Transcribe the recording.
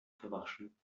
verwaschen